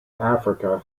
africa